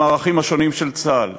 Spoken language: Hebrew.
במערכים השונים של צה"ל,